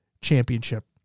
Championship